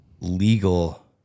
legal